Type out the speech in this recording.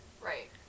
right